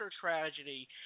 tragedy